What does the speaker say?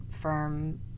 firm